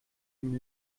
dem